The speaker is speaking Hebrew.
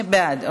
בעד.